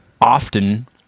often